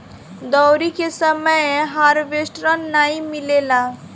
दँवरी के समय हार्वेस्टर नाइ मिलेला